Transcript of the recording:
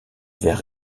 vers